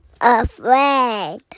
afraid